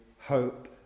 hope